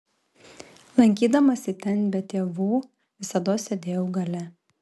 lankydamasi ten be tėvų visados sėdėjau gale